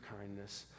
kindness